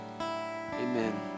amen